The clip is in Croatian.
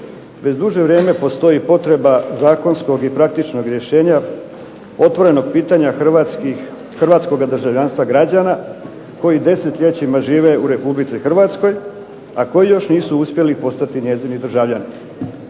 već duže vrijeme postoji potreba zakonskog i praktičnog rješenja otvorenog pitanja hrvatskoga državljanstva građana koji desetljećima žive u Republici Hrvatskoj, a koji još nisu uspjeli postati njezini državljani.